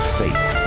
faith